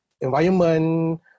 environment